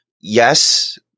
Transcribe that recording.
yes